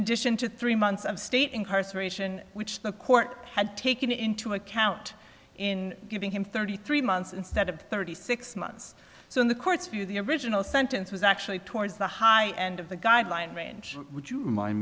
addition to three months of state incarceration which the court had taken into account in giving him thirty three months instead of thirty six months so in the court's view the original sentence was actually towards the high end of the guideline range would you remind